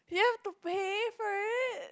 you have to pay for it